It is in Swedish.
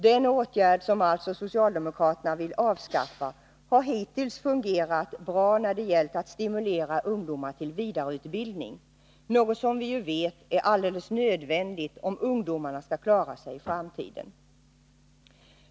Den åtgärd som socialdemokraterna alltså vill avskaffa har hittills fungerat bra när det gällt att stimulera ungdomar till vidareutbildning — något som vi vet är alldeles nödvändigt om ungdomarna skall klara sig i framtiden.